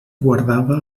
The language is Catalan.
guardava